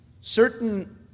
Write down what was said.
certain